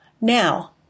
Now